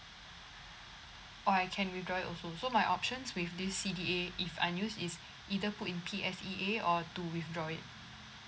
or I can withdraw it also so my options with this C_D_A if unused is either put in P_S_E_A or to withdraw it